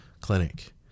clinic